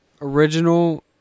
original